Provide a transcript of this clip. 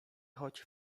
choć